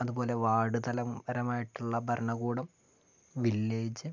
അതുപോലെ വാർഡ് തല പരമായിട്ടുള്ള ഭരണകൂടം വില്ലേജ്